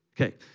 Okay